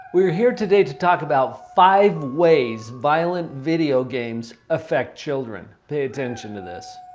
we're here today to talk about five ways violent video games affect children. pay attention to this.